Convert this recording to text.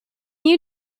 you